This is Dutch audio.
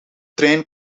trein